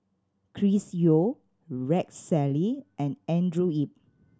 Chris Yeo Rex Shelley and Andrew Yip